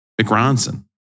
McRonson